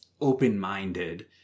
open-minded